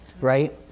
right